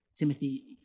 Timothy